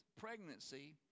pregnancy